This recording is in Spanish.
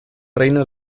reino